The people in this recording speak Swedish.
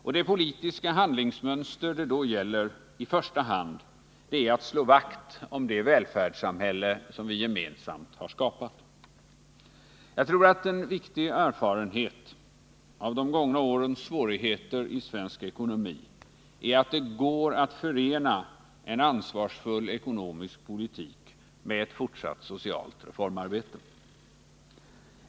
Och det politiska handlingsmönster det då i första hand gäller är att slå vakt om det välfärdssamhälle som vi gemensamt har skapat. Jag tror att en viktig erfarenhet av de gångna årens svårigheter i svensk ekonomi är att det går att förena en ansvarsfull ekonomisk politik med ett fortsatt socialt reformarbete.